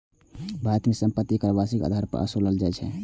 भारत मे संपत्ति कर वार्षिक आधार पर ओसूलल जाइ छै